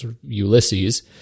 Ulysses